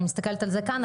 ואני מסתכלת על זה כאן,